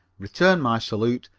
returned my salute,